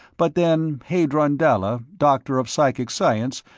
but then, hadron dalla, doctor of psychic science,